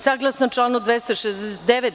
Saglasno članu 269.